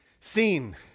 seen